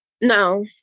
No